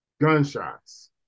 gunshots